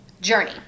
journey